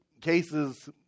cases